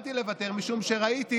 התכוונתי לוותר, משום שראיתי,